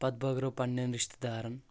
پتہٕ بٲگرٲو پننٮ۪ن رشتہٕ دارن